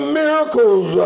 miracles